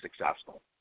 successful